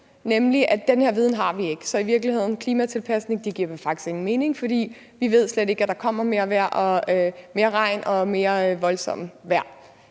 nemlig at den her viden har vi ikke. Så i virkeligheden giver klimatilpasning faktisk ingen mening, for vi ved slet ikke, at der kommer mere regn og mere voldsomt vejr.